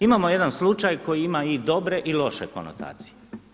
Imamo jedan slučaj koji ima i dobre i loše konotacije.